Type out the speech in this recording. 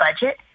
budget